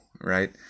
right